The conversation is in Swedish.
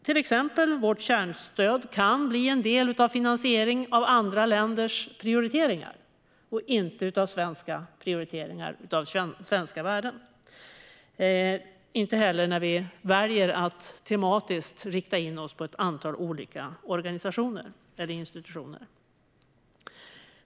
Till exempel kan vårt kärnstöd bli en del av en finansiering av andra länders prioriteringar och inte av svenska prioriteringar av svenska värden. Detta gäller även när vi väljer att tematiskt rikta in oss på ett antal olika organisationer eller institutioner.